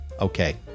Okay